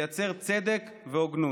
לייצר צדק והוגנות.